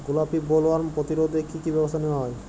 গোলাপী বোলওয়ার্ম প্রতিরোধে কী কী ব্যবস্থা নেওয়া হয়?